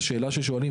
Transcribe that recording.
את השאלה ששואלים,